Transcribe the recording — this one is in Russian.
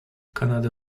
канада